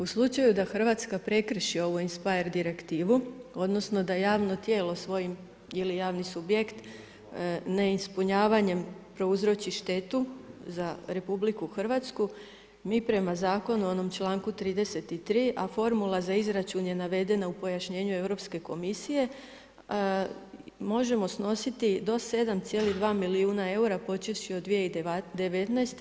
U slučaju da Hrvatska prekrši ovu INSPIRE direktivu odnosno da javno tijelo, svojim ili javni subjekt, neispunjavanjem prouzroči štetu za RH mi prema zakonu u onom članku 33. a formula za izračuna je navedena u pojašnjenju Europske komisije, možemo snositi do 7,2 milijuna eura počevši od 2019.